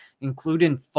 including